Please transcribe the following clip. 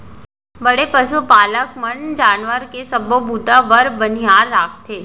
बड़े पसु पालक मन जानवर के सबो बूता बर बनिहार राखथें